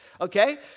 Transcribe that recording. okay